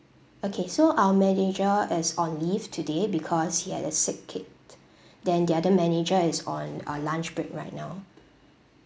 okay so our manager is on leave today because he had a sick kid then the other manager is on on lunch break right now